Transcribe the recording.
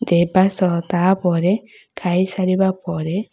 ଦେବା ସହ ତାପରେ ଖାଇସାରିବା ପରେ